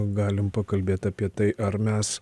galim pakalbėt apie tai ar mes